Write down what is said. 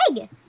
egg